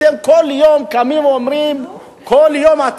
אתם כל יום באים ואומרים: הנה,